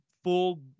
Full